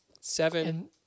Seven